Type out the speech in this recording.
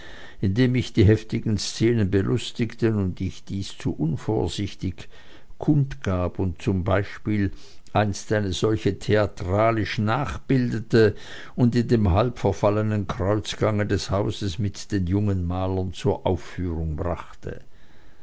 indem mich die heftigen szenen belustigten und ich dies zu unvorsichtig kundgab und zum beispiel einst eine solche theatralisch nachbildete und in dem halbverfallenen kreuzgange des hauses mit den jungen malern zur aufführung brachte